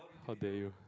how are you